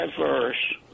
verse